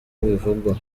bivugwa